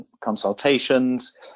consultations